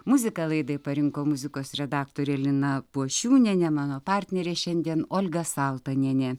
muziką laidai parinko muzikos redaktorė lina puošiūnienė mano partnerė šiandien olga saltonienė